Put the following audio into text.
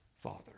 father